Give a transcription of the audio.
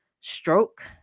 stroke